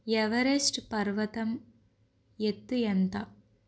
Everest పర్వతం ఎత్తు ఎంత